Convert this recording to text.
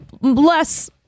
less